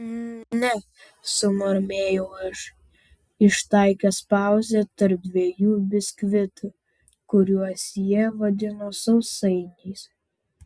mm ne sumurmėjau aš ištaikęs pauzę tarp dviejų biskvitų kuriuos jie vadino sausainiais